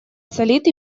солит